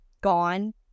gone